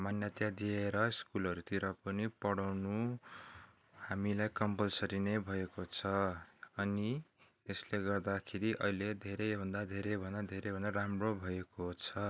मान्यता दिएर स्कुलहरूतिर पनि पढाउनु हामीलाई कम्पलसरी नै भएको छ अनि यसले गर्दाखेरि अहिले धेरै भन्दा धेरै भन्दा धेरै भन्दा राम्रो भएको छ